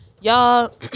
Y'all